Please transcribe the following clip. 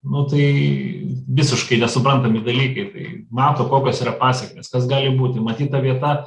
nu tai visiškai nesuprantami dalykai tai mato kokios yra pasekmės kas gali būti matyt ta vieta